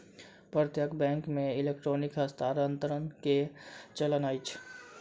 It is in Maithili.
प्रत्यक्ष बैंक मे इलेक्ट्रॉनिक हस्तांतरण के चलन अछि